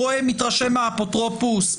מתרשם מהאפוטרופוס,